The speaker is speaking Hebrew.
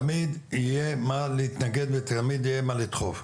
תמיד יהיה מה להתנגד ותמיד יהיה מה לדחוף,